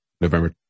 November